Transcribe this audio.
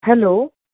hello